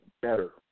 better